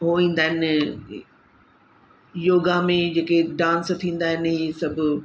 उहो ईंदा आहिनि ए योगा में जेके डांस थींदा आहिनि ई सभु